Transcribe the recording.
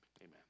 amen